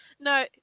No